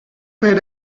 fer